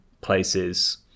places